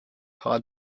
hard